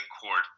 court